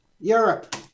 Europe